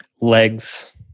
Legs